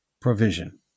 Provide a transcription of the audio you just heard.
provision